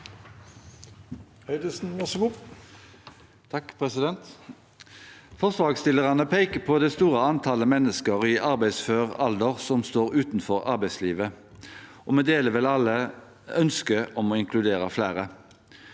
Forslagsstillerne peker på det store antallet mennesker i arbeidsfør alder som står utenfor arbeidslivet. Vi deler vel alle ønsket om å inkludere flere.